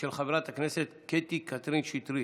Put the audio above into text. של חברת הכנסת קטי קטרין שטרית.